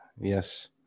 Yes